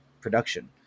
production